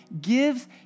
gives